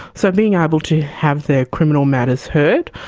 so being able to have their criminal matters heard,